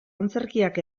antzerkiak